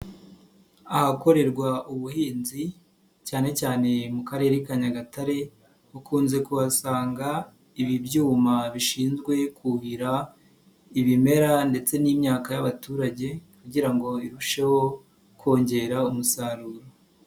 Ahakorerwa ubuhinzi cyane cyane mu karere ka Nyagatare, ukunze kuhasanga ibi byuma bishinzwe kuhira ibimera ndetse n'imyaka y'abaturage kugira ngo irusheho kongera umusaruro.